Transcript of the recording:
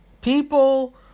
People